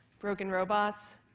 broken robots,